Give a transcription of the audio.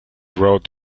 wrote